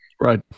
right